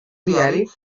diari